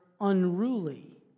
unruly